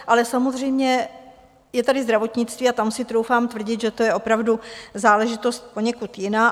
Ale samozřejmě je tady zdravotnictví a tam si troufám tvrdit, že to je opravdu záležitost poněkud jiná.